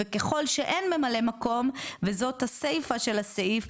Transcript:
וככל שאין ממלא מקום וזאת הסיפא של הסעיף,